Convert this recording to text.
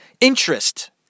Interest